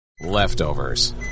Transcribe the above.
Leftovers